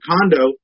condo